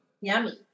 Yummy